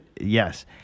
Yes